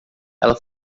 ela